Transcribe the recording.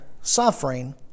suffering